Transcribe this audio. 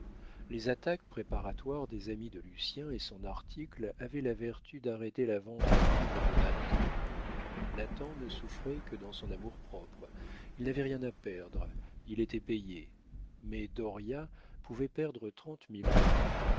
les attaques préparatoires des amis de lucien et son article avaient la vertu d'arrêter la vente du livre de nathan nathan ne souffrait que dans son amour-propre il n'avait rien à perdre il était payé mais dauriat pouvait perdre